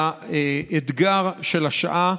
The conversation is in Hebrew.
לאתגר של השעה,